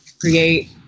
create